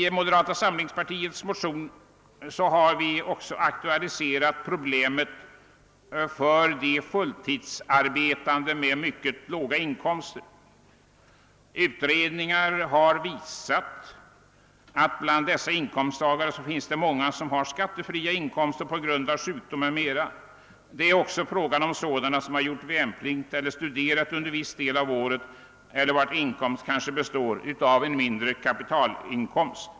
I moderata samlingspartiets partimotion har vi också aktualiserat problemen för de fulltidsarbetande med mycket låga inkomster. Utredningar har visat, att det bland dessa inkomsttagare finns många som har skattefria inkomster på grund av sjukdom m.m. Det rör sig också om sådana som gjort värnplikt eller studerat under en viss del av året eller sådana vilkas inkomst kanske består av en mindre avkastning av kapital.